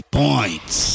points